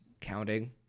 counting